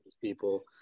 people